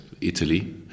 Italy